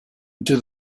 into